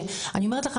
ואני אומרת לך,